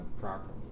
properly